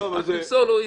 זאת דוגמה.